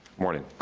morning.